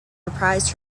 reprised